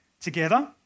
together